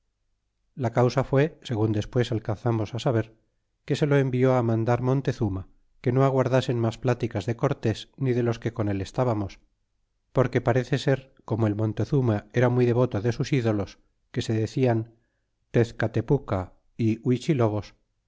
la causa frió segun despues alcanzarnos saber que se lo envió mandar montezuma que no aguardasen mas pláticas de cortés ni de los que con él estábamos porque parece ser como el montezuma era muy devoto ee sus ídolos que se decian tezcatepuca y